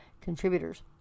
contributors